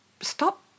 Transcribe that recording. stop